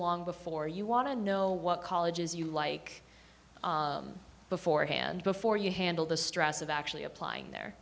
long before you want to know what colleges you like beforehand before you handle the stress of actually applying the